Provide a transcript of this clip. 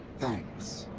thanks.